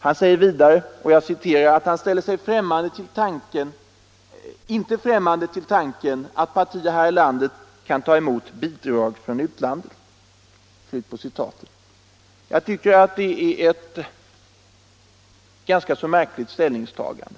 Han säger vidare att han inte ställer sig ”främmande till tanken att parti här i landet kan ta emot bidrag från utlandet”. Det är ett ganska märkligt ställningstagande.